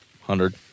Hundred